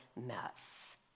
mess